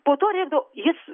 po to reikdo jis